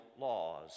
laws